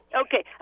Okay